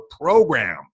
program